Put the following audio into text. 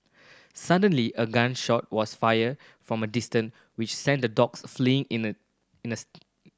suddenly a gun shot was fired from a distance which sent the dogs fleeing in an instant